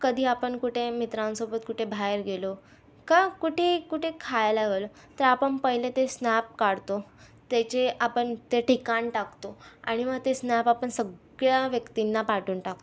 कधी आपण कुठे मित्रांसोबत कुठे बाहेर गेलो का कुठे कुठे खायला गेलो तर आपण पहिले ते स्नॅप काढतो त्याचे आपण ते ठिकाण टाकतो आणि मग ते स्नॅप आपण सगळ्या व्यक्तींना पाठवून टाकतो